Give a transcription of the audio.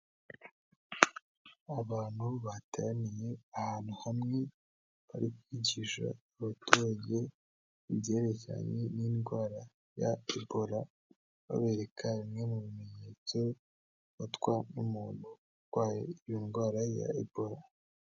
Abantu bateraniye ahantu hamwe bari kwigisha abaturage ibyerekeranye n'indwara ya Ebora, babereka bimwe mu bimenyetso bifatwa n'umuntu urwaye iyo ndwara ya Ebola.